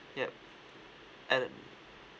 yup and